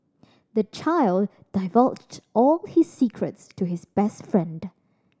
the child divulged all his secrets to his best friend